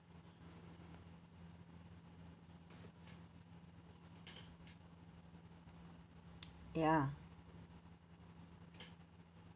ya